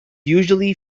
usually